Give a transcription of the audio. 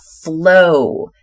flow